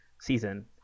season